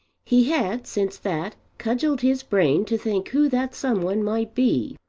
he had, since that, cudgelled his brain to think who that some one might be,